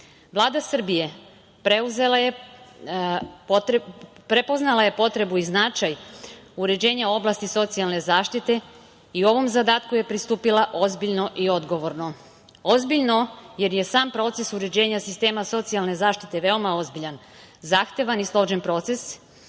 Vlada Srbije prepoznala je potrebu i značaj uređenja oblasti socijalne zaštite i u ovom zadatku je pristupila ozbiljno i odgovorno. Ozbiljno jer je sam proces uređenja sistema socijalne zaštite veoma ozbiljan, zahtevan i složen proces,